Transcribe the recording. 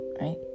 right